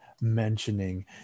mentioning